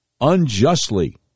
unjustly